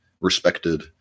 respected